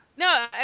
No